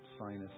sinus